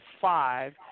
five